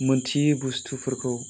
मोन्थियै बुस्थुफोरखौ